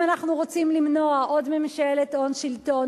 אם אנחנו רוצים למנוע עוד ממשלת הון שלטון,